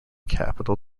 capital